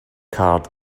card